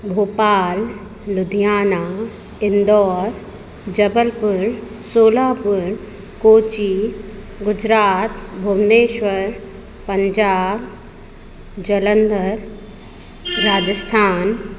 Bhopal Ludhiana Indore Jabalpur Solapur Kochi Gujarat Bhubaneswar Punjab Jalandhar Rajasthan